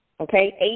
Okay